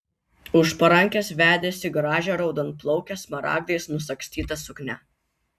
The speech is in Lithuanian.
už parankės vedėsi gražią raudonplaukę smaragdais nusagstyta suknia